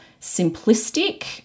simplistic